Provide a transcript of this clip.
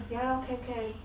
ya lor can can